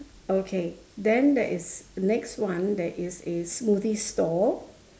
okay then there is next one there is a smoothie stall